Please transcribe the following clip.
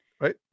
right